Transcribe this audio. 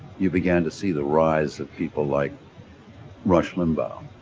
you began to see the rise of people like rush limbaugh,